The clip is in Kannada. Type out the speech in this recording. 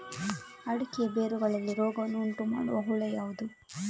ಅಡಿಕೆಯ ಬೇರುಗಳಲ್ಲಿ ರೋಗವನ್ನು ಉಂಟುಮಾಡುವ ಹುಳು ಯಾವುದು?